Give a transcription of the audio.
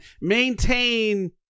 maintain